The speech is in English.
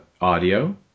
audio